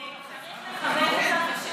ביקשנו, זה לא בסדר.